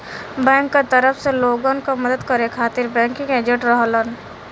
bank क तरफ से लोगन क मदद करे खातिर बैंकिंग एजेंट रहलन